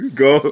go